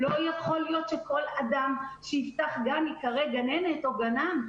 לא יכול להיות שכל אדם שיפתח גן ייקרא גננת או גנן.